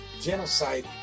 genocide